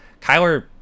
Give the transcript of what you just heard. Kyler